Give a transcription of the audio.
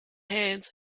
hands